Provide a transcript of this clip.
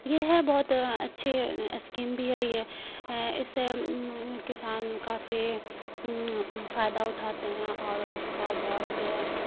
یہ ہے بہت اچھی اسکیم بھی ہے یہ اس سے کسان کافی فائدہ اٹھاتے ہیں اور اس کا بہت